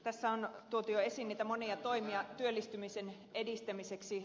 tässä on tuotu jo esiin niitä monia toimia työllistymisen edistämiseksi